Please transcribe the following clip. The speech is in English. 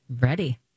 Ready